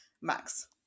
max